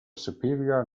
superior